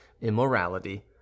immorality